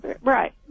right